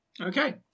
Okay